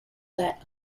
that